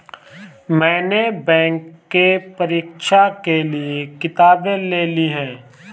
मैने बैंक के परीक्षा के लिऐ किताबें ले ली हैं